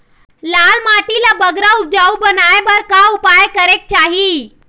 लाल माटी ला बगरा उपजाऊ बनाए बर का उपाय करेक चाही?